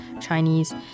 Chinese